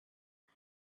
and